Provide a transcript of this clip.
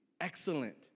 excellent